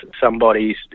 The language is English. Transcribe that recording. somebody's